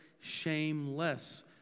shameless